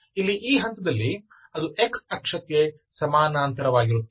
ಇಲ್ಲಿ ಈ ಹಂತದಲ್ಲಿ ಅದು x ಅಕ್ಷಕ್ಕೆ ಸಮಾನಾಂತರವಾಗಿರುತ್ತದೆ